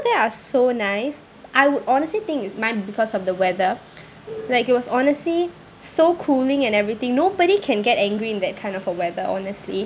there are so nice I would honestly think it might be because of the weather like it was honestly so cooling and everything nobody can get angry in that kind of a weather honestly